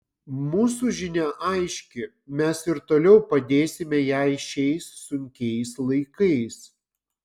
mūsų žinia aiški mes ir toliau padėsime jai šiais sunkiais laikais